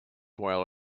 while